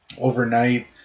overnight